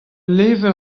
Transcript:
levr